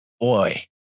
Boy